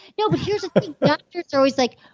no, but here's the thing. doctors are always like,